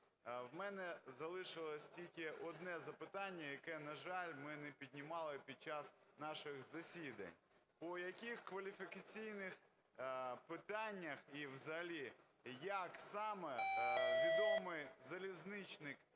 У мене залишилось тільки одне запитання, яке, на жаль, ми не піднімали під час наших засідань. По яких кваліфікаційних питаннях і взагалі як саме відомий залізничник